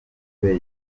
ntebe